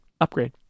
upgrade